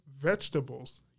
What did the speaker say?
vegetables